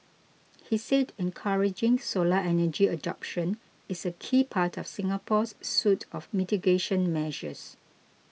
he said encouraging solar energy adoption is a key part of Singapore's suite of mitigation measures